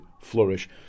flourish